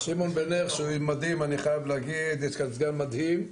גם באכיפה.